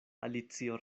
alicio